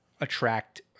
attract—